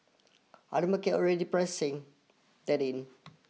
are the market already pricing that in